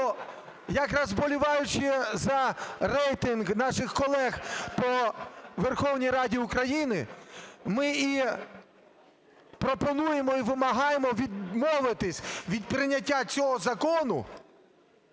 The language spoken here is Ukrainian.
якраз вболіваючи за рейтинг наших колег по Верховній Раді України, ми і пропонуємо і вимагаємо відмовитися від прийняття цього закону,